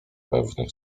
pewnych